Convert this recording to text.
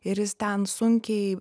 ir jis ten sunkiai